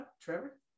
Trevor